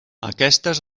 aquestes